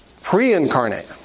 pre-incarnate